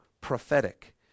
prophetic